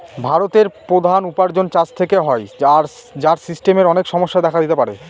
ভারতের প্রধান উপার্জন চাষ থেকে হয়, যার সিস্টেমের অনেক সমস্যা দেখা দিতে পারে